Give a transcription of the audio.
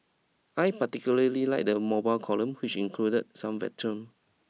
I particularly liked the mobile column which included some veterans